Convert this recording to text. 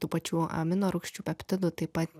tų pačių amino rūgščių peptidų taip pat